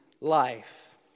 life